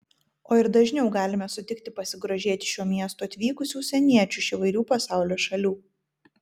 o ir dažniau galime sutikti pasigrožėti šiuo miestu atvykusių užsieniečių iš įvairių pasaulio šalių